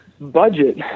budget